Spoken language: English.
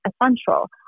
essential